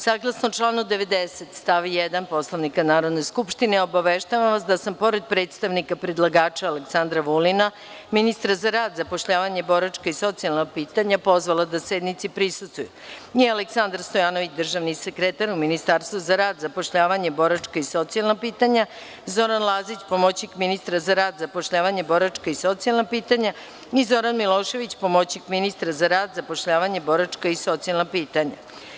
Saglasno članu 90. stav 1. Poslovnika Narodne skupštine, obaveštavam vas da sam, pored predstavnika predlagača Aleksandra Vulina, ministra za rad, zapošljavanje, boračka i socijalnapitanja, pozvala da sednici prisustvuju i: Aleksandar Stojanović, državni sekretar u Ministarstvu za rad, zapošljavanje, boračka i socijalnapitanja, Zoran Lazić, pomoćnik ministra za rad, zapošljavanje, boračka i socijalnapitanja i Zoran Milošević, pomoćnik ministra za rad, zapošljavanje, boračka i socijalnapitanja.